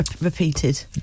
Repeated